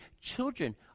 children